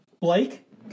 Blake